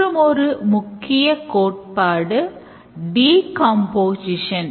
மற்றுமொரு முக்கிய கோட்பாடு டிகம்போசிஷன்